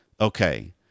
okay